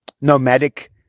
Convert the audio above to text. nomadic